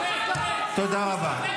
תודה רבה.